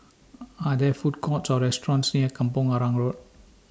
Are There Food Courts Or restaurants near Kampong Arang Road